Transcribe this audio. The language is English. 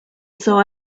saw